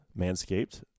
Manscaped